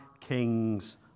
kings